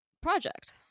project